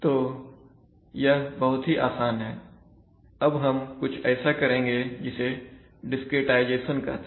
तो यह बहुत ही आसान है अब हम कुछ ऐसा करेंगे जिसे डिस्क्रेटाइजेशन कहते हैं